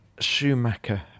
Schumacher